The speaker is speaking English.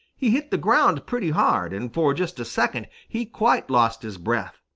he hit the ground pretty hard, and for just a second he quite lost his breath.